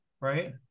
right